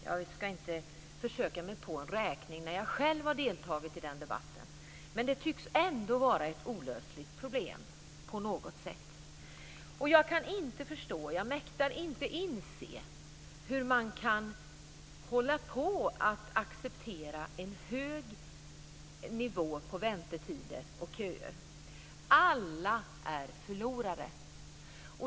Jag ska inte försöka mig på att räkna ut hur många gånger jag själv har deltagit i den debatten. Men det tycks ändå på något sätt vara ett olösligt problem. Jag kan inte förstå, och jag mäktar inte inse, hur man kan acceptera långa väntetider och långa köer. Alla är förlorare.